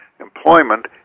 employment